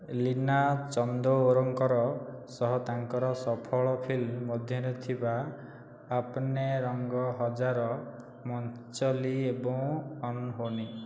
ଲୀନା ଚନ୍ଦୱରକରଙ୍କ ସହ ତାଙ୍କର ସଫଳ ଫିଲ୍ମ ମଧ୍ୟରେ ଥିବା ଆପ୍ନେ ରଙ୍ଗ ହଜାର ମଞ୍ଚଲି ଏବଂ ଅନ୍ହୋନି